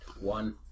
One